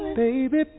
baby